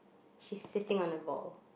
she's sitting on a ball